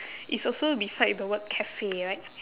it's also beside the word cafe right